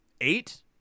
eight